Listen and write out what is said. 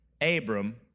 Abram